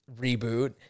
reboot